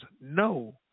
no